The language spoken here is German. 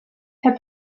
herr